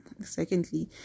secondly